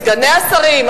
סגני השרים,